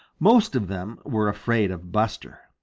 most of them were afraid of buster,